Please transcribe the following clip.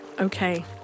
Okay